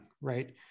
right